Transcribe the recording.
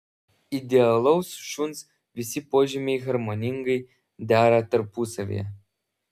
idealaus šuns visi požymiai harmoningai dera tarpusavyje